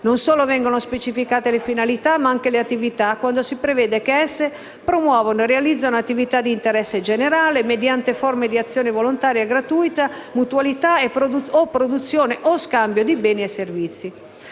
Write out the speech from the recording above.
Non solo vengono specificate le finalità ma anche le attività quando si prevede che esse «promuovono e realizzano attività di interesse generale, mediante forme di azione volontaria e gratuita, di mutualità o di produzione o scambio di beni o servizi».